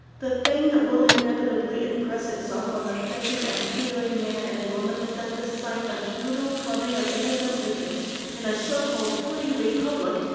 the thing that will inevitably impress itself on the thinking and feeling man and woman is that the sight of brutal clubbing of innocent victims in a so-called free republic,